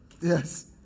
Yes